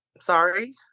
Sorry